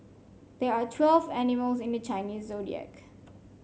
there are twelve animals in the Chinese Zodiac